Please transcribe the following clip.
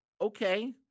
Okay